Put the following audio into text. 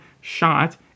shot